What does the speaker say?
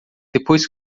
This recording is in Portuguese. depois